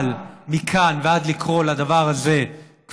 אבל מכאן ועד לקרוא לדבר הזה ביטוח סיעוד ממלכתי,